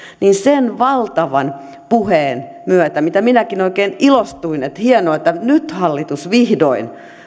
kun sen valtavan puheen myötä minäkin oikein ilostuin että hienoa että nyt hallitus vihdoin